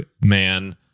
man